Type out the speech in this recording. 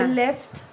left